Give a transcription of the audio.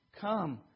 Come